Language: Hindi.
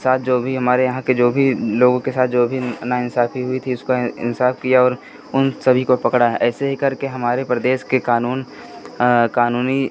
साथ जो भी हमारे यहाँ के जो भी लोगों के साथ जो भी नाइंसाफ़ी हुई थी उसका इंसाफ किया और उन सभी को पकड़ा ऐसे ही करके हमारे प्रदेश के क़ानून क़ानूनी